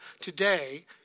today